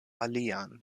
alian